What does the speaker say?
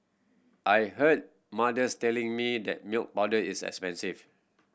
I hear mothers telling me that milk powder is expensive